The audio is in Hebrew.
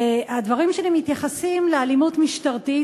הדברים שלי מתייחסים לאלימות משטרתית,